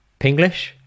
Pinglish